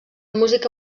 música